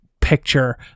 picture